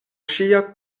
ŝia